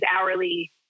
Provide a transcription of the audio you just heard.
hourly